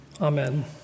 Amen